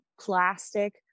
plastic